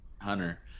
Hunter